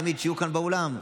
תמיד שיהיו כאן באולם.